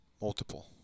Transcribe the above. Multiple